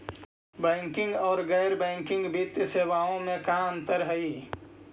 Banking और गैर banking वित्तीय सेवाओं में का अंतर हइ?